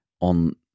on